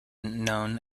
known